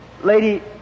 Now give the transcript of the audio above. Lady